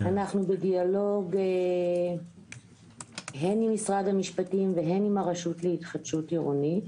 אנחנו בדיאלוג הן עם משרד המשפטים והן עם הרשות להתחדשות עירונית.